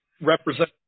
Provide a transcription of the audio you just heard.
Represent